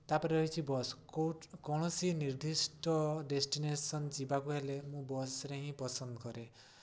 ତା'ପରେ ରହିଛି ବସ୍ କୌଣସି ନିର୍ଦ୍ଧିଷ୍ଟ ଡ଼େଷ୍ଟିନେସନ୍ ଯିବାକୁ ହେଲେ ମୁଁ ବସ୍ରେ ହିଁ ପସନ୍ଦ କରେ